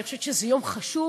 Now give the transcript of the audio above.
אני חושבת שזה יום חשוב,